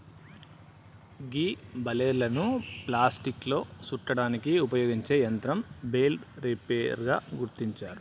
గీ బలేర్లను ప్లాస్టిక్లో సుట్టడానికి ఉపయోగించే యంత్రం బెల్ రేపర్ గా గుర్తించారు